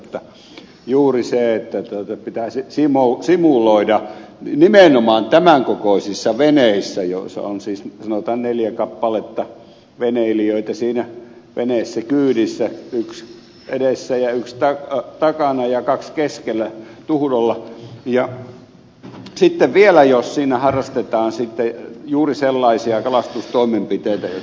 jos on näin että pitäisi simuloida nimenomaan tämän kokoisissa veneissä joissa on siis sanotaan neljä kappaletta veneilijöitä kyydissä yksi edessä ja yksi takana ja kaksi keskellä tuhdolla ja vielä jos harrastetaan juuri sellaisia kalastustoimenpiteitä joita ed